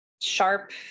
sharp